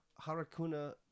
Harakuna